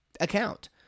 account